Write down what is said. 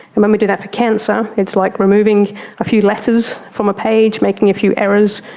and when we do that for cancer it's like removing a few letters from a page, making a few errors,